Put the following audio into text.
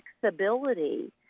flexibility